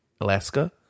Alaska